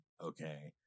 okay